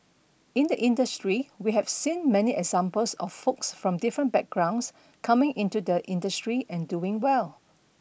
in the industry we've seen many examples of folks from different backgrounds coming into the industry and doing well